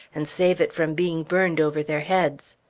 and save it from being burned over their heads.